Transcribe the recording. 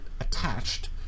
attached